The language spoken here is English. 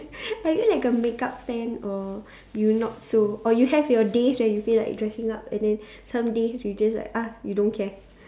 are you like a makeup fan or you not so or you have your days where you feel like dressing up and then some days you just like !ah! you don't care